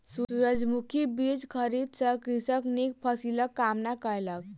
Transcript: सूरजमुखी बीज खरीद क कृषक नीक फसिलक कामना कयलक